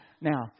Now